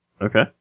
Okay